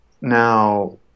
now